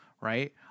right